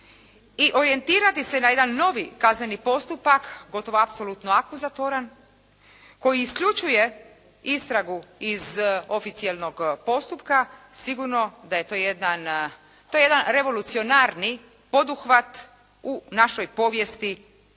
i orijentirati se na jedan novi kazneni postupak gotovo apsolutno akuzatoran koji isključuje istragu iz oficijelnog postupka. Sigurno da je to jedan, to je jedan revolucionarni poduhvat u našoj povijesti